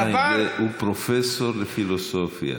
חיים, הוא פרופסור לפילוסופיה.